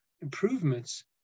improvements